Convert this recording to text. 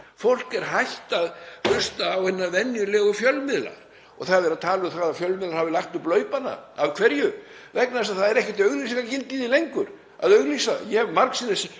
Fólk er hætt að hlusta á hina venjulegu fjölmiðla. Það er verið að tala um það að fjölmiðlar hafi lagt upp laupana. Af hverju? Vegna þess að það er ekkert auglýsingagildi í því lengur að auglýsa. Ég hef margsinnis